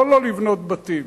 לא לא לבנות בתים,